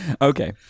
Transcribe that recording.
Okay